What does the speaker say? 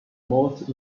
most